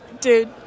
Dude